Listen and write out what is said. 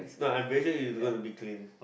not I'm very sure it's gonna be clean